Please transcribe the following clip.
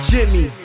Jimmy